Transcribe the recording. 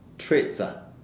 traits ah